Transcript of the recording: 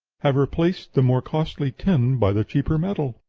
have replaced the more costly tin by the cheaper metal.